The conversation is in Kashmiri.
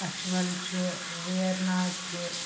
اچھوَل چھُ ویر ناگ چھُ